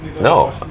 no